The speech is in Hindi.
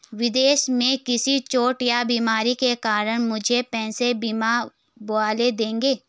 विदेश में किसी चोट या बीमारी के कारण मुझे पैसे बीमा वाले देंगे